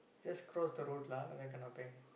just cross the road lah then kena bang